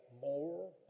more